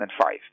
2005